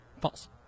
False